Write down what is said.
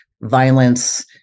violence